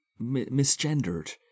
misgendered